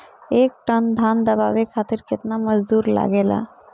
एक टन धान दवावे खातीर केतना मजदुर लागेला?